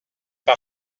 par